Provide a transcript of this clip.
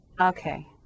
Okay